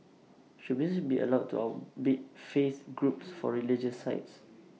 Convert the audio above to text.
should businesses be allowed to outbid faith groups for religious sites